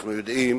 אנחנו יודעים